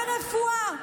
ברפואה.